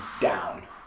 down